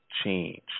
change